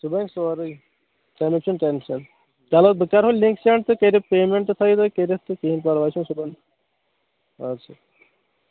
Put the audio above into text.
سُہ بَنہِ سورُے تۄہہِ نےَ چھُنہٕ ٹیٚنٛشن چلو بہٕ کَرہو لِنٛک سیٚنٛڈ تہٕ کٔرِو پیٚمنٛٹ تھٲووِ تُہۍ کٔرِتھ تہٕ کِہیٖنٛۍ پرواے چھُنہٕ ادٕ سا